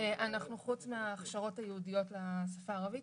חוץ מההכשרות הייעודיות לשפה הערבית,